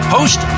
Host